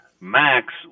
Max